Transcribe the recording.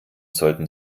sollten